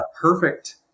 perfect